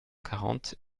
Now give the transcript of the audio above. quarante